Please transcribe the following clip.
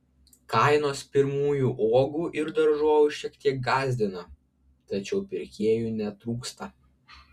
kainos pirmųjų uogų ir daržovių šiek tiek gąsdina tačiau pirkėjų netrūksta